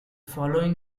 following